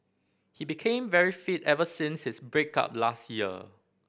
he became very fit ever since his break up last year